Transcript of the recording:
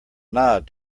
nod